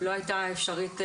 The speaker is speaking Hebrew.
לא הייתה אפשרית לגביו,